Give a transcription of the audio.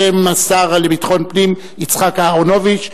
בשם השר לביטחון פנים יצחק אהרונוביץ.